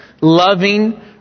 loving